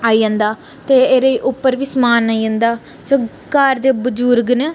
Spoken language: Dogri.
आई जंदा ते एह्दे च उप्पर बी समान आई जंदा जो घर दे बजुर्ग न